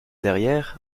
derrière